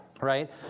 right